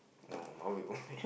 !wow!